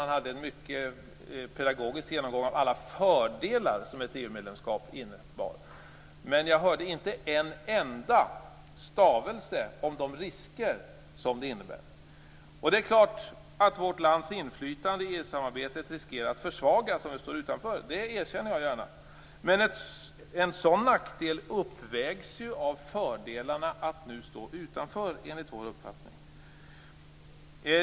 Han hade en mycket pedagogisk genomgång av alla fördelar som ett EU medlemskap innebär, men jag hörde inte en enda stavelse om de risker som det innebär. Det är klart att vårt lands inflytande i EU samarbetet riskerar att försvagas om vi står utanför. Det erkänner jag gärna. Men en sådan nackdel uppvägs ju av fördelarna att nu stå utanför enligt vår uppfattning.